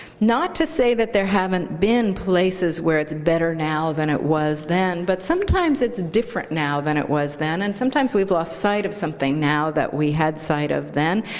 not to say that there haven't been places where it's better now than it was then. but sometimes it's a different now than it was then. and sometimes we've lost sight of something now that we had sight of then.